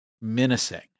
menacing